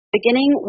Beginning